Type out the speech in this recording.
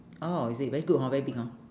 oh is it very good hor very big hor